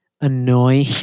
annoying